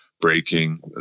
breaking